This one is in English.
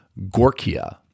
Gorkia